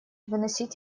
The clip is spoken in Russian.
выносить